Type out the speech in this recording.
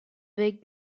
avec